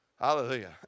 Hallelujah